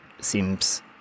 seems